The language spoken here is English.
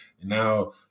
Now